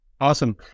Awesome